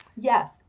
Yes